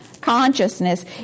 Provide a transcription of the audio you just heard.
consciousness